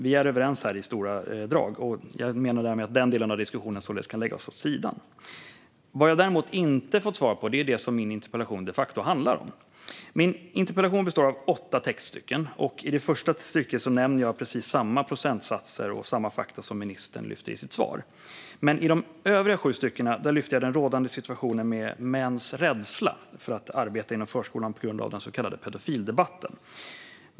Vi är överens i stora drag, och jag menar därmed att den delen av diskussionen således kan läggas åt sidan. Vad jag däremot inte fått svar på är det som min interpellation de facto handlar om. Min interpellation består av åtta textstycken. I det första stycket nämner jag precis samma procentsatser och samma fakta som ministern lyfter i sitt svar. I de övriga sju styckena lyfter jag den rådande situationen med mäns rädsla för att arbeta inom förskolan på grund av den så kallade pedofildebatten.